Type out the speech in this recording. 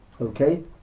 Okay